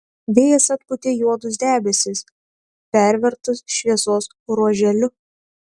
vėjas atpūtė juodus debesis pervertus šviesos ruoželiu